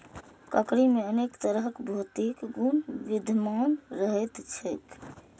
लकड़ी मे अनेक तरहक भौतिक गुण विद्यमान रहैत छैक